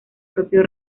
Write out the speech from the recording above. propio